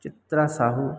Chitra Sahu